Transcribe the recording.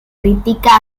crítica